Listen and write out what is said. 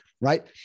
Right